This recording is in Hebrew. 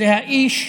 זה האיש